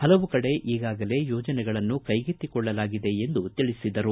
ಹಲವು ಕಡೆ ಈಗಾಗಲೇ ಯೋಜನೆಗಳನ್ನು ಕೈಗೆತ್ತಿಕೊಳ್ಳಲಾಗಿದೆ ಎಂದು ತಿಳಿಸಿದರು